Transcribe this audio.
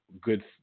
good